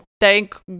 thank